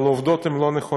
אבל העובדות הן לא נכונות.